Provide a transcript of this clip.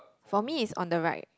for me is on the right